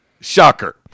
Shocker